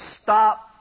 stop